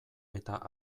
eta